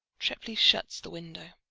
treplieff shuts the window.